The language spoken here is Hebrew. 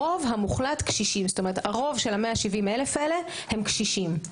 הרוב המוחלט של ה-170 אלף האלה הם קשישים.